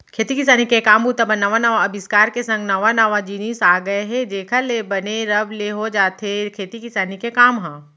खेती किसानी के काम बूता बर नवा नवा अबिस्कार के संग नवा नवा जिनिस आ गय हे जेखर ले बने रब ले हो जाथे खेती किसानी के काम ह